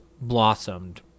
blossomed